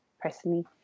personally